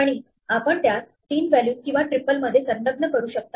आणि आपण त्यास तीन व्हॅल्यूज किंवा ट्रिपल मध्ये संलग्न करू शकता